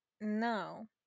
no